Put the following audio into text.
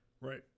Right